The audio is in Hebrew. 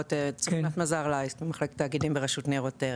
צפנת מזר-לייסט, ממחלקת תאגידים ברשות ניירות ערך.